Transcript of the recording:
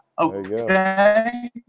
okay